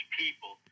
people